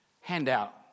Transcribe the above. handout